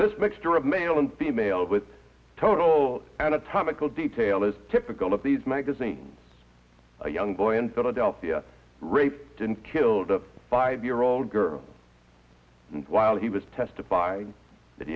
this mixture of male and female with total anatomical detail is typical of these magazines a young boy in philadelphia raped and killed a five year old girl while he was testifying that